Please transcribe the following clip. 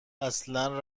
اصلا